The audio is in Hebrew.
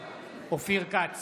אופיר כץ,